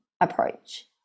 approach